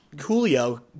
Julio